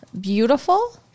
beautiful